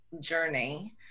journey